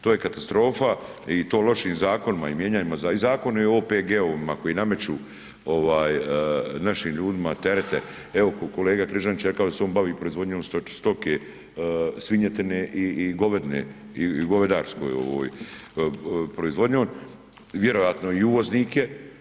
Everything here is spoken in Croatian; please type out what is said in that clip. To je katastrofa i to lošim zakonima i mijenjanjima i Zakon o OPG-ovima koji nameću našim ljudima terete, evo kolega Križanić je rekao da se on bavi proizvodnjom stoke svinjetine i, i govedine i govedarskoj ovoj proizvodnjom, vjerojatno i uvoznike.